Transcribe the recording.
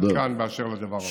עד כאן באשר לדבר הזה.